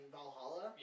Valhalla